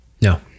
No